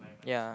ya